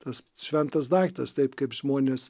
tas šventas daiktas taip kaip žmonės